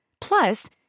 Plus